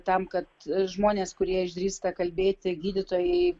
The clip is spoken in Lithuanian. tam kad žmonės kurie išdrįsta kalbėti gydytojai